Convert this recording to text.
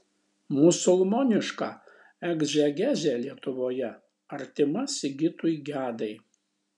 musulmoniška egzegezė lietuvoje artima sigitui gedai